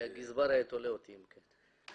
הגזבר היה תולה אותי אם כן.